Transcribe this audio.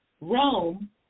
Rome